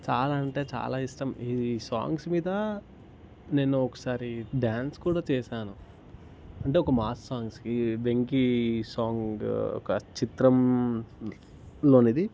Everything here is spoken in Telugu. చాలా అంటే చాలా ఇష్టం ఈ సాంగ్స్ మీద నేను ఒకసారి డ్యాన్స్ కూడా చేసాను అంటే ఒక మాస్ సాంగ్స్కి వెంకీ సాంగ్ ఒక చిత్రంలోనిది